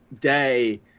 day